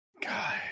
God